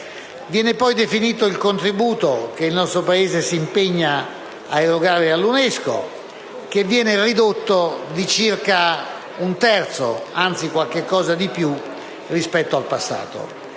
Viene poi definito il contributo che il nostro Paese si impegna ad erogare all'UNESCO, che viene ridotto di circa un terzo (anzi qualcosa di più) rispetto al passato.